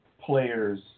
players